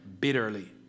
bitterly